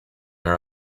her